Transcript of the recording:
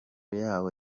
yabo